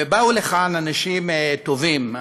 ובאו לכאן אנשים טובים,